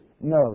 no